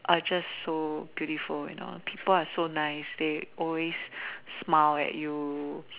are just so beautiful you know people are so nice they always smile at you